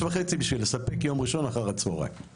כשאתה נוסע לחו"ל אתה אוכל שם.